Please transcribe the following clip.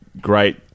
great